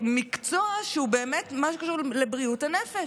מקצוע שהוא באמת משהו שקשור לבריאות הנפש,